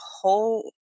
whole